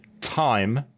time